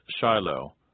Shiloh